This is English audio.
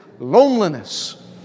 Loneliness